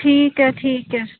ਠੀਕ ਹੈ ਠੀਕ ਹੈ